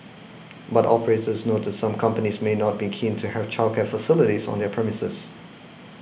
but operators noted some companies may not be keen to have childcare facilities on their premises